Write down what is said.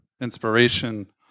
inspiration